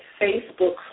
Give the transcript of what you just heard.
Facebook